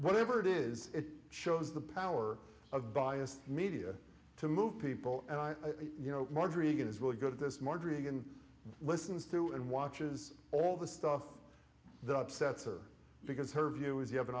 whatever it is it shows the power of biased media to move people and i you know margery eagan is really good at this margery eagan listens to and watches all the stuff that upsets her because her view is you have an